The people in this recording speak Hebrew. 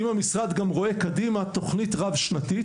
אם המשרד גם רואה קדימה תוכנית רב-שנתית,